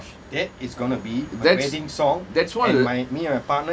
that's that's one of the